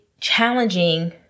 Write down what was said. challenging